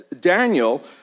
Daniel